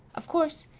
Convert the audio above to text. of course,